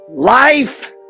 Life